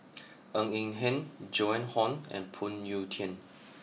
Ng Eng Hen Joan Hon and Phoon Yew Tien